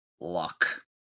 luck